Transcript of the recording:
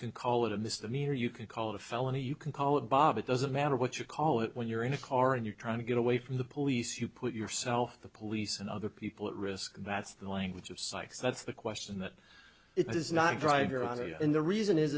can call it a misdemeanor you can call it a felony you can call it bob it doesn't matter what you call it when you're in a car and you're trying to get away from the police you put yourself the police and other people at risk that's the language of psychs that's the question that it is not dr you're on in the reason is